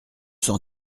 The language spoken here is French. cent